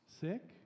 sick